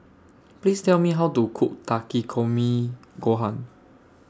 Please Tell Me How to Cook Takikomi Gohan